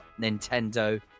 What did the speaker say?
Nintendo